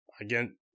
Again